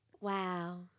Wow